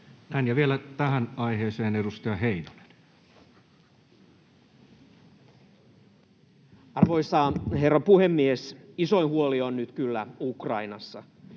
vielä tähän aiheeseen edustaja Heinonen. Arvoisa herra puhemies! Isoin huoli on nyt kyllä Ukrainassa.